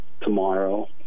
tomorrow